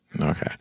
okay